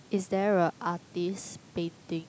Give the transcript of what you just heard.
is there a artist painting